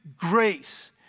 grace